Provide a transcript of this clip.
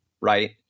right